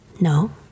No